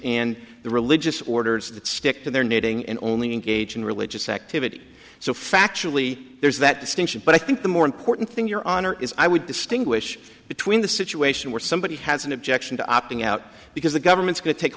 and the religious orders that stick to their needing and only engage in religious activity so factually there's that distinction but i think the more important thing your honor is i would distinguish between the situation where somebody has an objection to opting out because the government's going to take